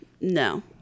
No